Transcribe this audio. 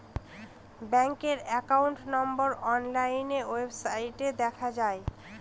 ব্যাঙ্কের একাউন্ট নম্বর অনলাইন ওয়েবসাইটে দেখা যায়